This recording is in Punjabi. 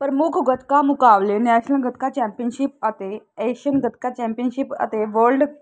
ਪ੍ਰਮੁੱਖ ਗਤਕਾ ਮੁਕਾਬਲੇ ਨੈਸ਼ਨਲ ਗੱਤਕਾ ਚੈਂਪੀਅਨਸ਼ਿਪ ਅਤੇ ਏਸ਼ੀਅਨ ਗੱਤਕਾ ਚੈਂਪੀਅਨਸ਼ਿਪ ਅਤੇ ਵਰਲਡ